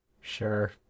Sure